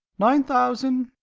nine thousand.